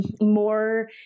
more